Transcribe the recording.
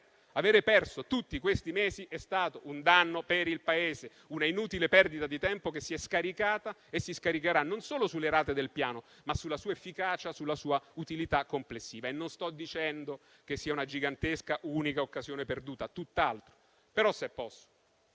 Avere perso tutti questi mesi è stato un danno per il Paese, un'inutile perdita di tempo che si è scaricata e si scaricherà, non solo sulle rate del Piano, ma sulla sua efficacia e sulla sua utilità complessiva. Non sto dicendo che sia una gigantesca unica occasione perduta, tutt'altro; però, se posso,